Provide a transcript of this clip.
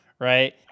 Right